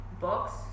box